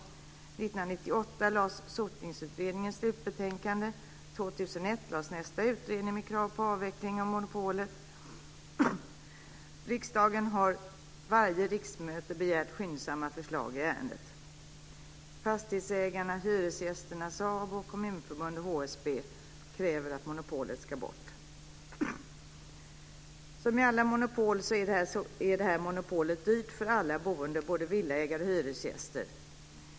1998 lades Sotningsutredningens slutbetänkande fram. 2001 lades nästa utredning med krav på avveckling av monopolet fram. Riksdagen har vid varje riksmöte begärt att förslag i ärendet skyndsamt ska läggas fram. Fastighetsägarna, hyresgästerna, SABO, Kommunförbundet och HSB kräver att monopolet ska avskaffas. Som alla monopol är detta monopol dyrt för alla boende, både villaägare och hyresgäster.